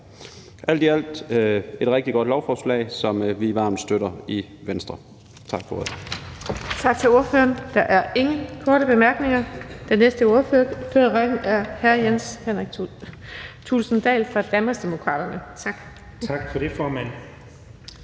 alt er det et rigtig godt lovforslag, som vi varmt støtter i Venstre. Tak for ordet.